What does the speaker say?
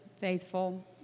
faithful